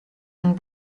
and